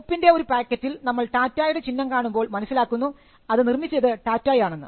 ഉപ്പിൻറെ ഒരു പാക്കറ്റിൽ നമ്മൾ ടാറ്റയുടെ ചിഹ്നം കാണുമ്പോൾ മനസ്സിലാക്കുന്നു അത് നിർമ്മിച്ചത് ടാറ്റായാണെന്ന്